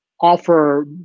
offer